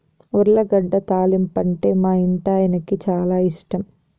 ఉర్లగడ్డ తాలింపంటే మా ఇంటాయనకి చాలా ఇష్టం